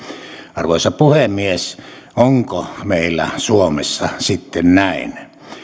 arvoisa puhemies onko meillä suomessa sitten näin